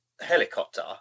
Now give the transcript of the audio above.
helicopter